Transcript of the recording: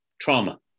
Trauma